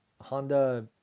Honda